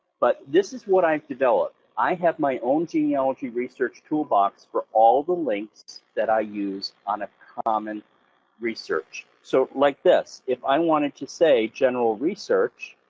but this is what i've developed. i have my own genealogy research toolbox for all the links that i use on a common research. so like this, if i wanted to say, general research,